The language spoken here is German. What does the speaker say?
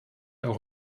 auch